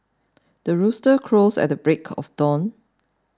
the rooster crows at the break of dawn